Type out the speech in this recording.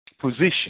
position